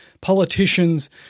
Politicians